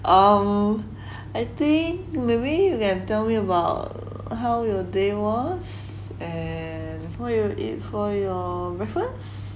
err I think maybe you can tell me about how your day was and what you eat for your breakfast